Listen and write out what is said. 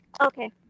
Okay